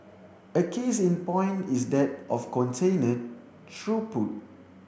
a case in point is that of container throughput